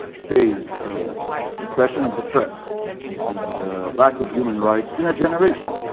phase of suppression of the press and lack of human rights in a generation,